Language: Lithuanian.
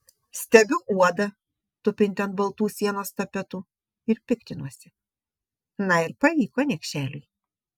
stebiu uodą tupintį ant baltų sienos tapetų ir piktinuosi na ir pavyko niekšeliui